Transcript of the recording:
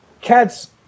cats